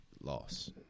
loss